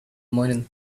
morning